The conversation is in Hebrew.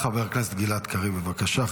חבר הכנסת גלעד קריב, בבקשה.